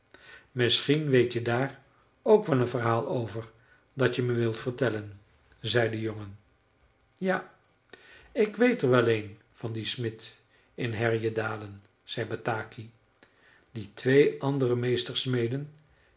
misschien weet je daar ook wel een verhaal over dat je me wilt vertellen zei de jongen ja ik weet er wel een van dien smid in härjedalen zei bataki die twee andere meestersmeden